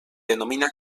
denomina